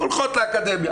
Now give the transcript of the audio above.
הולכות לאקדמיה.